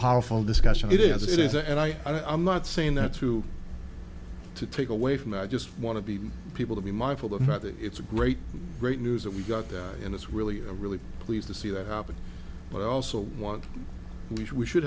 powerful discussion it is it is and i'm not saying that through to take away from that i just want to be people to be mindful of not that it's a great great news that we got there and it's really a really pleased to see that happen but i also want we should we should